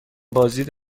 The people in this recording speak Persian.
بازدید